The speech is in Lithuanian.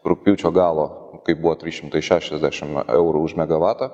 rugpjūčio galo kai buvo trys šimtai šešiasdešim eurų už megavatą